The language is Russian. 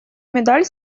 медаль